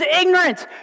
ignorance